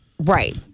Right